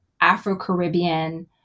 Afro-Caribbean